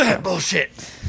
Bullshit